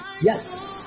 Yes